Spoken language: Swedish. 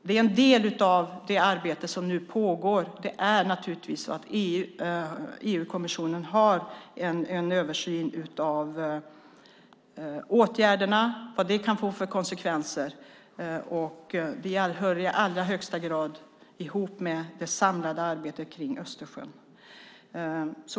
Det är en del av det arbete som nu pågår; EU-kommissionen har naturligtvis en översyn av åtgärderna och vad de kan få för konsekvenser. Det hör i allra högsta grad ihop med det samlade arbetet kring Östersjön.